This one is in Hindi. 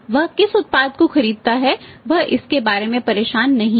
वह किस उत्पाद को खरीदता है वह इसके बारे में परेशान नहीं है